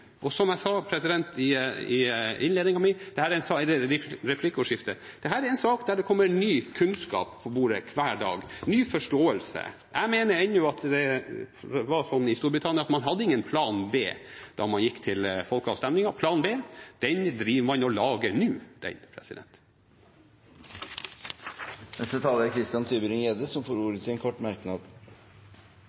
Og som jeg sa i replikkordskiftet, dette er en sak der det kommer ny kunnskap på bordet hver dag, ny forståelse. Jeg mener ennå at det var sånn i Storbritannia at man hadde ingen plan B da man gikk til folkeavstemning. Plan B – den driver man og lager nå, den. Representanten Christian Tybring-Gjedde har hatt ordet to ganger tidligere og får ordet til en kort merknad,